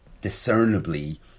discernibly